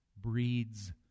breeds